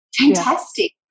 fantastic